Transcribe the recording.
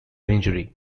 injury